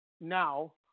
now